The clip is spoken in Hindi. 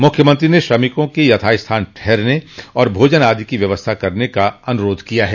मुख्यमंत्री ने इन श्रमिकों के यथा स्थान ठहरने तथा भोजन आदि की व्यवस्था करने का अनुरोध किया है